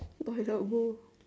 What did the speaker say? by the hole